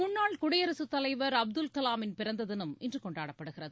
முன்னாள் குடியரசுத்தலைவர் அப்துல் கலாமின் பிறந்த தினம் இன்று கொண்டாடப்படுகிறது